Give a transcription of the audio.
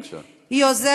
בבקשה.